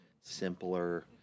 simpler